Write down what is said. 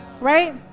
right